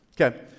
Okay